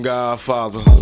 Godfather